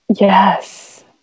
Yes